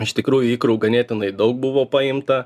iš tikrųjų ikrų ganėtinai daug buvo paimta